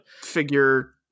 figure